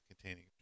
containing